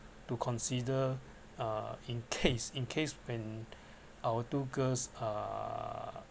to consider uh in case in case when our two girls err